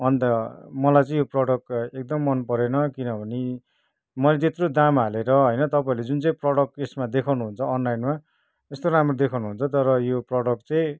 अन्त मलाई चाहिँ यो प्रोडक्ट एकदम मन परेन किनभने मैले त्यत्रो दाम हालेर होइन तपाईँहरूले जुन चाहिँ प्रोडक्ट यसमा देखाउनु हुन्छ अनलाइनमा त्यस्तो राम्रो देखाउनु हुन्छ तर यो प्रोडक्ट चाहिँ